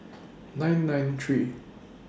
nine nine three